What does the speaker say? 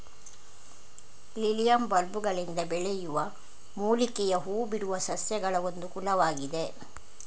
lilium ಬಲ್ಬುಗಳಿಂದ ಬೆಳೆಯುವ ಮೂಲಿಕೆಯ ಹೂ ಬಿಡುವ ಸಸ್ಯಗಳಒಂದು ಕುಲವಾಗಿದೆ